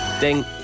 ding